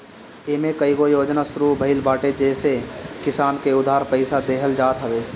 इमे कईगो योजना शुरू भइल बाटे जेसे किसान के उधार पईसा देहल जात हवे